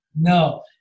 no